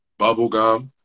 bubblegum